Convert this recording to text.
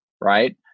right